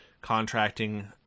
contracting